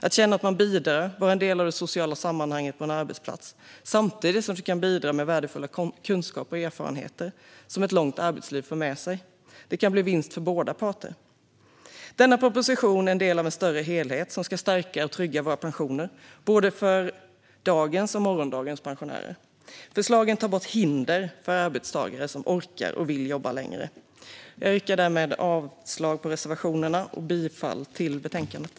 Att känna att man är en del av det sociala sammanhanget på en arbetsplats samtidigt som man kan bidra med värdefulla kunskaper och erfarenheter, som ett långt arbetsliv för med sig, kan leda till vinst för båda parter. Denna proposition är en del av en större helhet som ska stärka och trygga våra pensioner, för både dagens och morgondagens pensionärer. Förslagen tar bort hinder för arbetstagare som orkar och vill jobba längre. Jag yrkar därmed avslag på reservationerna och bifall till förslaget i betänkandet.